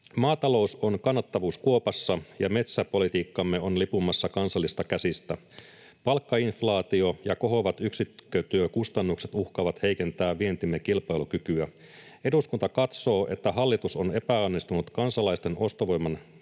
Maatalous on kannattavuuskuopassa, ja metsäpolitiikkamme on lipumassa kansallisista käsistä. Palkkainflaatio ja kohoavat yksikkötyökustannukset uhkaavat heikentää vientimme kilpailukykyä. Eduskunta katsoo, että hallitus on epäonnistunut kansalaisten ostovoiman